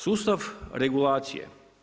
Sustav regulacije.